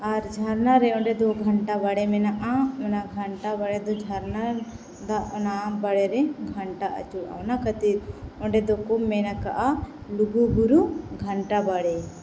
ᱟᱨ ᱡᱷᱟᱨᱱᱟᱨᱮ ᱚᱸᱰᱮ ᱫᱚ ᱜᱷᱟᱱᱴᱟ ᱵᱟᱲᱮ ᱢᱮᱱᱟᱜᱼᱟ ᱚᱱᱟ ᱜᱷᱟᱱᱴᱟ ᱵᱟᱲᱮ ᱫᱚ ᱡᱷᱟᱨᱱᱟ ᱫᱟᱜ ᱚᱱᱟ ᱵᱟᱲᱮ ᱨᱮ ᱜᱷᱟᱱᱴᱟ ᱟᱪᱩᱨᱚᱜᱼᱟ ᱚᱱᱟ ᱠᱷᱟᱹᱛᱤᱨ ᱚᱸᱰᱮ ᱫᱚᱠᱚ ᱢᱮᱱ ᱠᱟᱜᱼᱟ ᱞᱩᱜᱩ ᱵᱩᱨᱩ ᱜᱷᱟᱱᱴᱟ ᱵᱟᱲᱮ